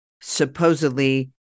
supposedly